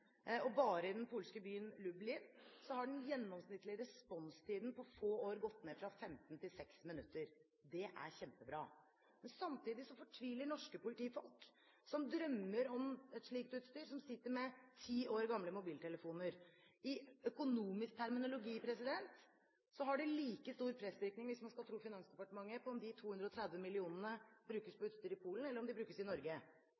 og i den polske byen Lublin har den gjennomsnittlige responstiden på få år gått ned fra 15 til 6 minutter. Det er kjempebra. Men samtidig fortviler norske politifolk, som drømmer om et slikt utstyr, og som sitter med ti år gamle mobiltelefoner. I økonomisk terminologi har det like stor pressvirkning – hvis man skal tro Finansdepartementet – om de 230 mill. kr brukes på utstyr i Polen eller om de brukes i Norge.